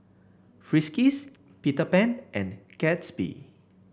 Friskies Peter Pan and Gatsby